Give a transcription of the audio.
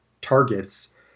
targets